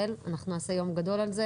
אני חושב שזה יקל על כולם.